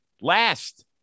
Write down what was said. Last